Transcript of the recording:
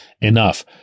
enough